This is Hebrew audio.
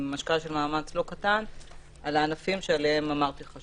השקעה של מאמץ לא קטן על הענפים שעליהם אמרתי לך,